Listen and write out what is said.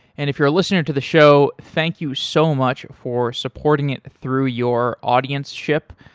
and if you're a listener to the show, thank you so much for supporting it through your audienceship.